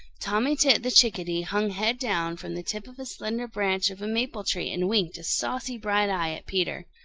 tommy tit the chickadee hung head down from the tip of a slender branch of a maple-tree and winked a saucy bright eye at peter.